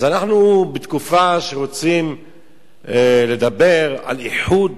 אז אנחנו בתקופה שרוצים לדבר על איחוד